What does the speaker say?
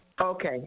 Okay